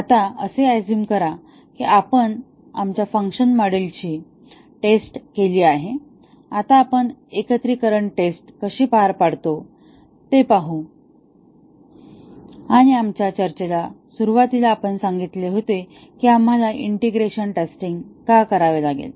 आता असे ऑझूम करा की आपण आमच्या फंक्शन्स मॉड्यूलची टेस्ट केली आहे आता आपण एकत्रीकरण टेस्ट कशी पार पाडतो ते पाहू आणि आमच्या चर्चेच्या सुरुवातीला आपण सांगितले होते की आम्हाला इंटिग्रेशन टेस्टिंग का करावे लागेल